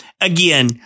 again